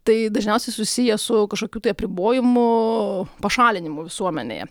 tai dažniausiai susiję su kažkokių tai apribojimų pašalinimu visuomenėje